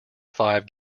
five